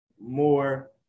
more